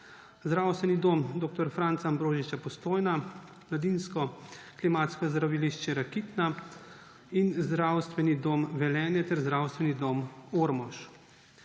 Zdravstveni dom dr. Franca Ambrožiča Postojna, Mladinsko klimatsko zdravilišče Rakitna, Zdravstveni dom Velenje in Zdravstveni dom Ormož,